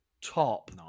Top